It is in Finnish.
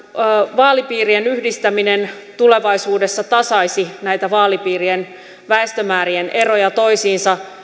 vaalipiirien yhdistäminen tulevaisuudessa tasaisi näitä vaalipiirien väestömäärien eroja toisiinsa